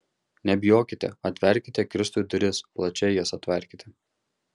nebijokite atverkite kristui duris plačiai jas atverkite